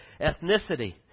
ethnicity